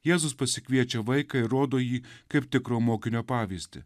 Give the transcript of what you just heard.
jėzus pasikviečia vaiką ir rodo į jį kaip tikro mokinio pavyzdį